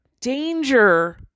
danger